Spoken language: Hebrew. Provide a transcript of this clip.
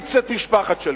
מעריץ את משפחת שליט.